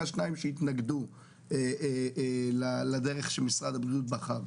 השניים שהתנגדו לדרך שמשרד הבריאות בחר.